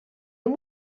amb